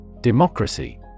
Democracy